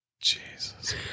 Jesus